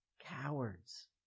Cowards